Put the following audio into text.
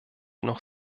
noch